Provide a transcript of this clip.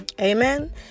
Amen